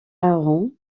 aaron